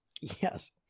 Yes